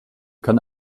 kann